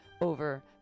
over